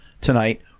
tonight